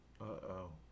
Uh-oh